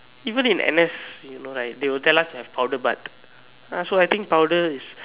even in N_S you know like they will tell us have powder bath ya so I think powder is